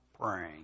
praying